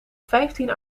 vijftien